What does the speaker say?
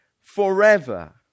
forever